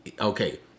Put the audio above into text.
Okay